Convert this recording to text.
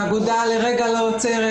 האגודה לרגע לא עוצרת,